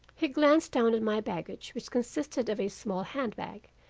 he glanced down at my baggage which consisted of a small hand bag,